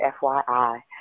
FYI